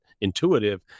intuitive